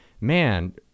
man